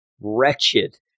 wretched